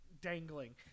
dangling